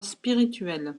spirituelle